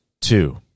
two